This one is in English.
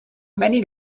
many